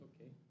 Okay